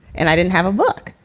and i didn't have a book,